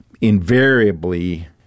Invariably